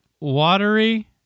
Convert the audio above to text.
watery